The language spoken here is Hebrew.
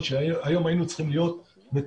שהיום היינו צריכים להיות מתוקצבים,